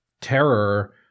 terror